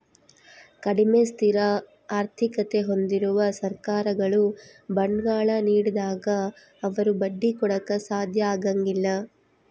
ಕಡಿಮೆ ಸ್ಥಿರ ಆರ್ಥಿಕತೆ ಹೊಂದಿರುವ ಸರ್ಕಾರಗಳು ಬಾಂಡ್ಗಳ ನೀಡಿದಾಗ ಅವರು ಬಡ್ಡಿ ಕೊಡಾಕ ಸಾಧ್ಯ ಆಗಂಗಿಲ್ಲ